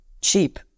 cheap